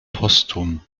postum